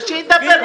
שידבר.